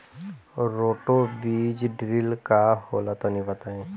Roto बीज drill का होला तनि बताई?